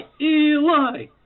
Eli